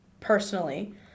personally